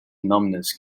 numbness